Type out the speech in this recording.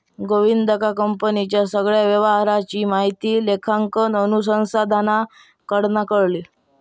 गोविंदका कंपनीच्या सगळ्या व्यवहाराची माहिती लेखांकन अनुसंधानाकडना कळली